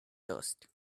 dust